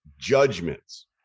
judgments